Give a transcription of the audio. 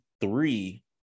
three